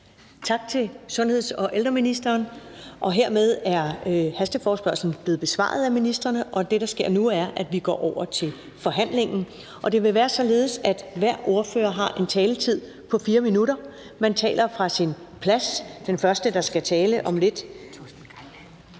Tak til sundheds- og ældreministeren. Hermed er hasteforespørgslen blevet besvaret af ministrene. Det, der sker nu, er, at vi går over til forhandlingen. Og det vil være således, at hver ordfører har en taletid på 4 minutter. Man taler fra sin plads. Undskyld, nu ser jeg lige,